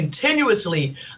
continuously